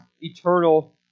eternal